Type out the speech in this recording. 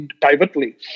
privately